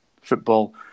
football